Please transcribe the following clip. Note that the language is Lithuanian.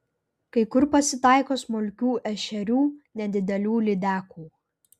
kai kur pasitaiko smulkių ešerių nedidelių lydekų